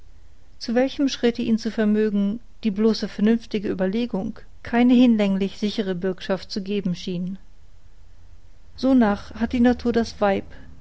zu welchem schritte ihn zu vermögen die bloße vernünftige ueberlegung keine hinlänglich sichere bürgschaft zu geben schien sonach hat die natur das weib